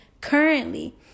currently